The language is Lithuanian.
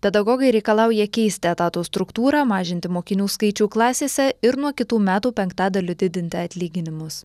pedagogai reikalauja keisti etato struktūrą mažinti mokinių skaičių klasėse ir nuo kitų metų penktadaliu didinti atlyginimus